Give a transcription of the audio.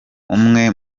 umwe